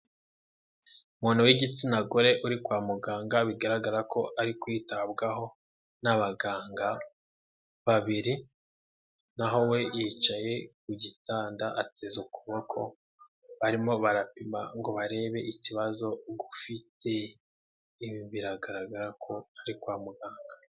Umuntu w'igitsina gore uri kwa muganga, bigaragara ko ari kwitabwaho n'abaganga babiri, na ho we yicaye ku gitanda ateze ukuboko, barimo barapima ngo barebe ikibazo gufite, ibi biragaragara ko ari kwa muganga.